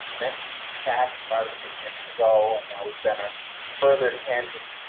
message to the chat five or six minutes ago, and now we fenner further canvas.